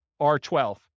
R12